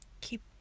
Keep